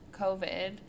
COVID